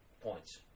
points